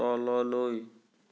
তললৈ